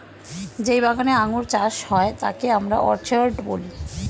যেই বাগানে আঙ্গুর চাষ হয় তাকে আমরা অর্চার্ড বলি